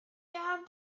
them